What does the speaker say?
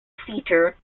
theatre